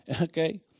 okay